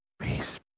Peace